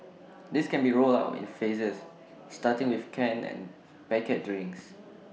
this can be rolled out in phases starting with canned and packet drinks